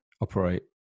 operate